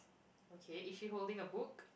okay is she holding a book